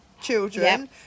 children